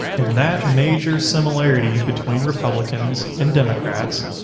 and that major similarity between republicans and democrats,